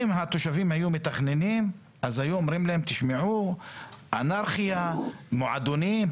אם התושבים היו מתכננים אז היו אומרים להם מילים כמו אנרכיה ומועדונים,